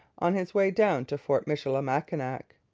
on his way down to fort michilimackinac.